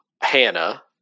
Hannah